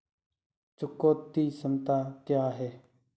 चुकौती क्षमता क्या है?